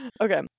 okay